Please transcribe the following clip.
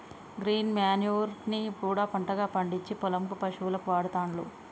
green manure ని కూడా పంటగా పండిచ్చి పొలం కు పశువులకు వాడుతాండ్లు